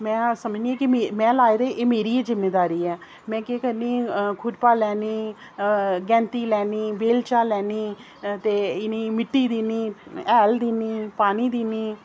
मैं हर समझनी के मे मैं लाए दे एह् मेरी ई जिम्मेदारी ऐ मैं केह् करनी खुरपा लैन्नीं गैंती लैन्नीं बेलचा लैन्नीं ते एह् मैं मिट्टी दिन्नी हैल दिन्नी पानी दिन्नी